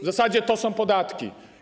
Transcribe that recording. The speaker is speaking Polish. W zasadzie to są podatki.